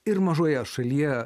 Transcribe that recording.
ir mažoje šalyje